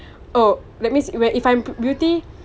oh that means when if I'm pre~ beauty